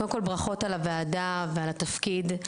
קודם כל ברכות על הוועדה ועל התפקיד,